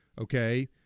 Okay